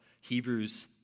Hebrews